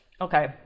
Okay